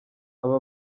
aba